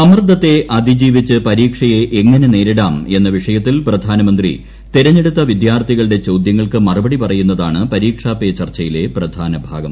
സമ്മർദ്ദത്തെ അതിജീവിച്ച് പരീക്ഷയെ എങ്ങനെ നേരിടാം എന്ന വിഷയത്തിൽ പ്രധാനമന്ത്രി തെരഞ്ഞെടുത്ത വിദ്യാർത്ഥികളുടെ ചോദ്യങ്ങൾക്ക് മറുപടി പറയുന്നതാണ് പരീക്ഷാ പേ ചർച്ചയിലെ പ്രധാന ഭാഗം